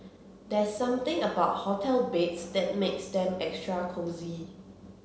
there's something about hotel beds that makes them extra cosy